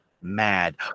mad